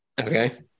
okay